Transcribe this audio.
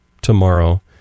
tomorrow